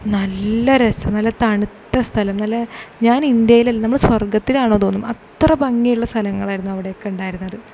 നല്ല രസം നല്ല തണുത്ത സ്ഥലം നല്ല ഞാൻ ഇന്ത്യയിലല്ല നമ്മൾ സ്വർഗത്തിലാണോ തോന്നും അത്ര ഭംഗിയുള്ള സ്ഥലങ്ങളായിരുന്നു അവിടെയൊക്കെ ഉണ്ടായിരുന്നത്